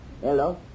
Hello